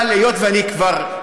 אבל היות שאני כבר,